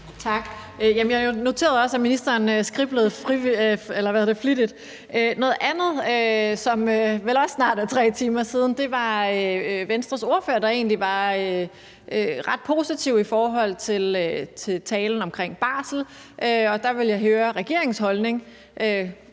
Jeg noterede mig også, at ministeren skriblede flittigt. Noget andet, som vel også snart er 3 timer siden, var, at Venstres ordfører egentlig var ret positiv i forhold til talen om barsel, og der ville jeg høre regeringens holdning.